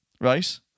right